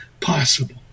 possible